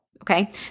Okay